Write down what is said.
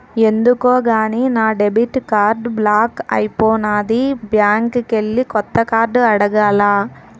ఎందుకో గాని నా డెబిట్ కార్డు బ్లాక్ అయిపోనాది బ్యాంకికెల్లి కొత్త కార్డు అడగాల